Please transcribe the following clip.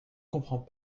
comprends